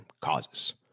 causes